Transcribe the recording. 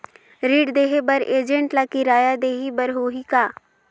ऋण देहे बर एजेंट ला किराया देही बर होही का?